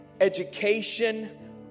education